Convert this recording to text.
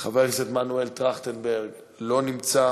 חבר הכנסת מנואל טרכטנברג, אינו נוכח.